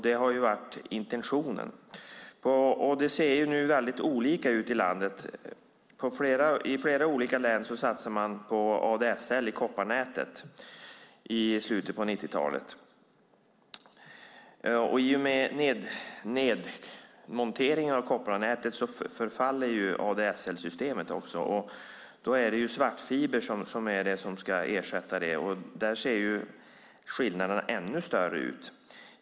Det har varit intentionen. Det ser nu väldigt olika ut i landet. I flera olika län satsade man på ADSL i kopparnätet i slutet av 90-talet. I och med nedmonteringen av kopparnätet faller ADSL-systemet. Då är det svartfiber som ska ersätta det. Där ser skillnaderna ännu större ut.